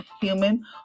human